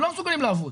הם לא מסוגלים לעבוד,